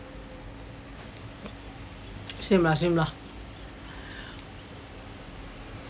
same lah same lah